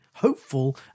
hopeful